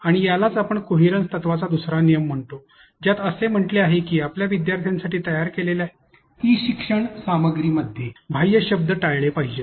आणि यालाच आपण कोहिरन्स तत्वाचा दुसरा नियम म्हणतो ज्यात असे म्हटले आहे की आपल्या विद्यार्थ्यांसाठी तयार केलेल्या ई शिक्षण सामग्रीमध्ये बाह्य शब्द टाळले पाहिजेत